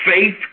Faith